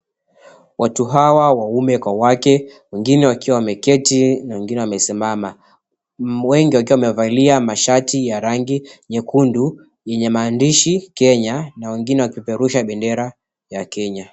Watu hawa, waume kwa wake, wengine wakiwa wameketi na wengine wamesimama. Wengi wakiwa wamevalia mashati ya rangi nyekundu yenye maandishi 'Kenya' na wengine wakipeperusha bendera ya Kenya.